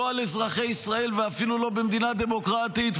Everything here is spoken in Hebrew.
לא על אזרחי ישראל ואפילו לא במדינה דמוקרטית.